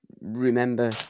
remember